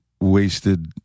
wasted